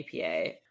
APA